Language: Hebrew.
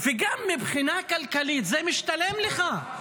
וגם מבחינה כלכלית זה משתלם לך.